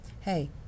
hey